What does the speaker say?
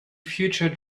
future